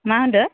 मा होनदो